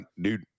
dude